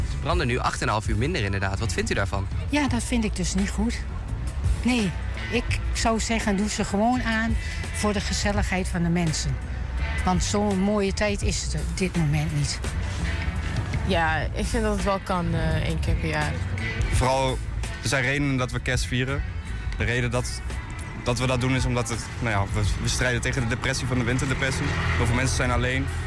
Ze branden nu 8,5 uur minder, inderdaad. Wat vindt u daarvan? Ja, dat vind ik dus niet goed. Nee, ik zou zeggen, doe ze gewoon aan voor de gezelligheid van de mensen. Want zo'n mooie tijd is het op dit moment niet. Ja, ik vind dat het wel kan, eh, één keer per jaar. Vooral, er zijn redenen dat we kerst vieren. De reden dat- dat we dat doen is omdat het- nou ja, we- we strijden tegen de depressie van de winterdepressie. Heel veel mensen zijn alleen.